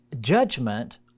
judgment